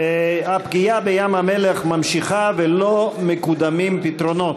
הפגיעה בים-המלח נמשכת ולא מקודמים פתרונות,